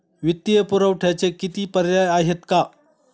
वित्तीय पुरवठ्याचे किती पर्याय आहेत का?